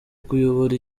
kuyobora